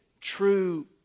true